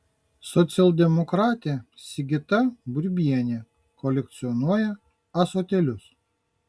socialdemokratė sigita burbienė kolekcionuoja ąsotėlius